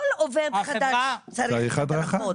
כל עובד חדש צריך הדרכות.